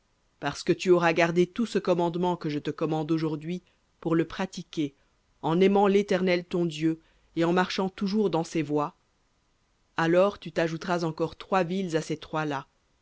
parce que tu auras gardé tout ce commandement que je te commande aujourd'hui pour le pratiquer en aimant l'éternel ton dieu et en marchant toujours dans ses voies alors tu t'ajouteras encore trois villes à ces trois là